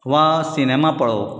वा सिनेमा पळोवप